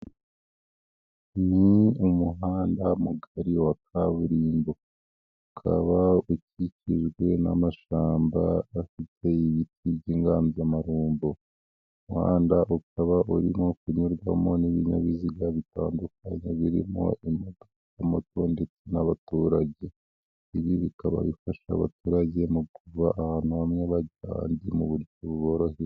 Ni umuhanda mugari wa kaburimbo ukaba ukikijwe n'amashamba afite ibiti by'inganzamarumbo, umuhanda ukaba urimo kunyurwamo n'ibinyabiziga bitandukanye birimo imodoka, moto ndetse n'abaturage, ibi bikaba bifasha abaturage mu kuva ahantu bamwe bajya ahandi mu buryo buboroheye.